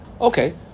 Okay